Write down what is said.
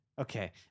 Okay